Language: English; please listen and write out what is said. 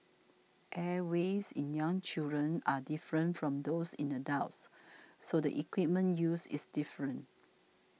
airways in young children are different from those in adults so the equipment used is different